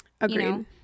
agreed